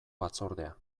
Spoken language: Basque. batzordea